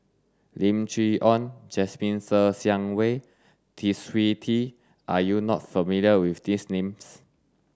Lim Chee Onn Jasmine Ser Xiang Wei Twisstii are you not familiar with these names